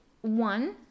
One